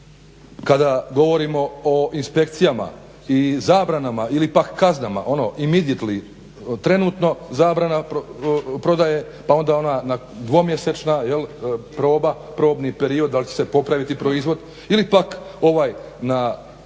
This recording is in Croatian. kada govorimo o inspekcijama i zabranama ili pak kaznama, immediately, trenutno zabrana prodaje pa onda 2-mjesečna proba, probni period, da li će se popraviti proizvod ili pak ovaj na 6 mjeseci,